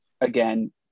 again